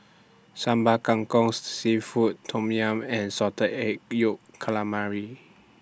Sambal Kangkong Seafood Tom Yum and Salted Egg Yolk Calamari